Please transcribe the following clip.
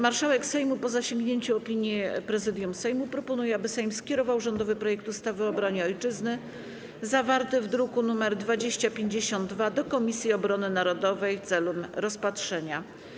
Marszałek Sejmu, po zasięgnięci opinii Prezydium Sejmu, proponuje, aby Sejm skierował rządowy projekt ustawy o obronie Ojczyzny, zawarty w druku nr 2052, do Komisji Obrony Narodowej celem rozpatrzenia.